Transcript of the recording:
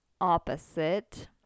opposite